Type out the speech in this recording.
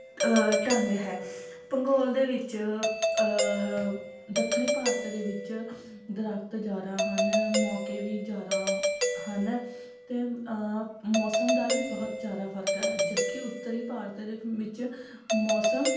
ਢੰਗ ਹੈ ਭੂਗੋਲ ਦੇ ਵਿੱਚ ਦੱਖਣੀ ਭਾਰਤ ਦੇ ਵਿੱਚ ਦਰੱਖਤ ਜ਼ਿਆਦਾ ਹਨ ਮੌਕੇ ਵੀ ਜ਼ਿਆਦਾ ਹਨ ਅਤੇ ਮੌਸਮ ਦਾ ਵੀ ਬਹੁਤ ਜ਼ਿਆਦਾ ਫਰਕ ਹੈ ਜਦਕਿ ਉੱਤਰੀ ਭਾਰਤ ਦੇ ਵਿੱਚ ਮੌਸਮ